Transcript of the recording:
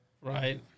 Right